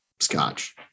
scotch